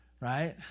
right